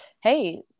hey